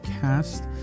cast